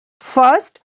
First